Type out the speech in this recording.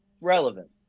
Relevant